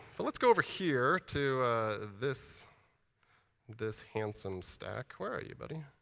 but let's go over here to this this handsome stack. where are you, buddy?